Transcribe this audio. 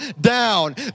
down